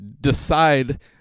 decide